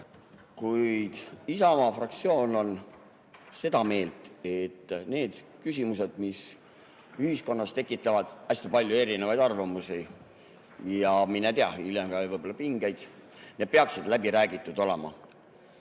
Kuid Isamaa fraktsioon on seda meelt, et need küsimused, mis ühiskonnas tekitavad hästi palju erinevaid arvamusi ja mine tea, hiljem võib-olla ka pingeid, need peaksid läbi räägitud olema